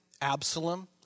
Absalom